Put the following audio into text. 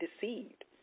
deceived